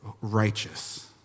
Righteous